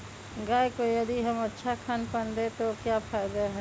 गाय को यदि हम अच्छा खानपान दें तो क्या फायदे हैं?